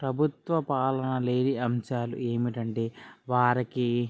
ప్రభుత్వ పాలన లేని అంశాలు ఏమిటంటే వారికి